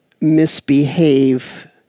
misbehave